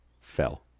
Fell